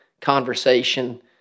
conversation